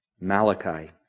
Malachi